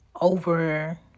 over